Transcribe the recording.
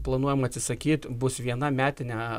planuojam atsisakyt bus viena metinė